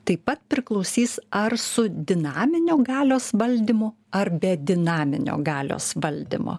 taip pat priklausys ar su dinaminiu galios valdymu ar be dinaminio galios valdymo